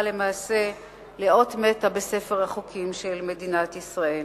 למעשה לאות מתה בספר החוקים של מדינת ישראל.